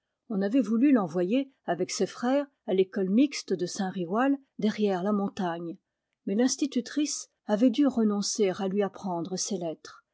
on avait voulu l'envoyer avec ses frères à l'école mixte de saint riwal derrière la montagne mais l'institutrice avait dû renoncer à lui apprendre ses lettres